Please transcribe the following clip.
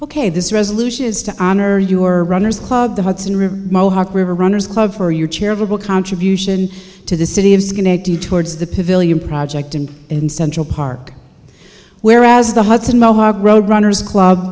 ok this resolution is to honor your runners club the hudson river mohawk river runners club for your charitable contribution to the city of schenectady towards the pavilion project and in central park whereas the hudson mohawk road runners club